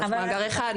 מאגר אחד,